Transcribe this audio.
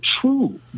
true